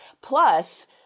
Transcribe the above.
plus